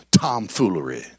tomfoolery